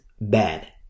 bad